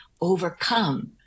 overcome